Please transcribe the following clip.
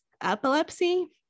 epilepsy